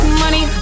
money